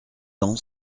ans